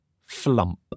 Flump